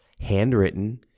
handwritten